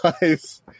guys